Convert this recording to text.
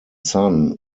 son